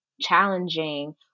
Challenging